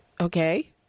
Okay